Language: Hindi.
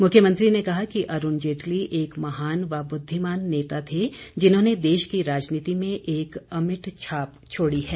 मुख्यमंत्री ने कहा कि अरूण जेटली एक महान व बुद्धिमान नेता थे जिन्होंने देश की राजनीति में एक अमिट छाप छोड़ी है